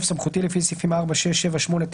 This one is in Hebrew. סמכותי לפי סעיפים 4, 6, 7, 8, 9,